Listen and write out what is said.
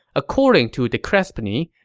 according to de crespigny,